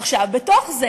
עכשיו, בתוך זה